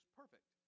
perfect